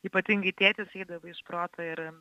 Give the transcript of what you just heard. ypatingai tėtis eidavo iš proto ir